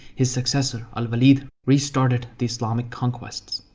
his successor al-walid restarted the islamic conquests.